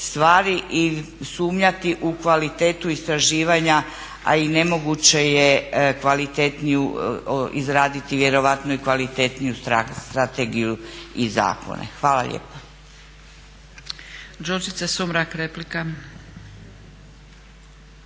stvari i sumnjati u kvalitetu istraživanja a i nemoguće je kvalitetniju izraditi vjerojatno i kvalitetniju strategiju i zakone. Hvala lijepa.